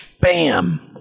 bam